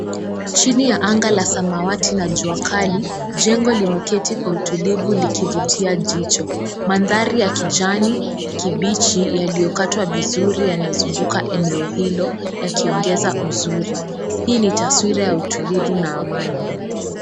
Chini ya anga la samawati na jua kali jengo limeketi kwa utulivu likivutia jicho. Mandhari ya kijani kibichi yaliyokatwa vizuri yanazunguka eneo hilo yakiongeza uzuri. Hii ni taswira ya utulivu na amani.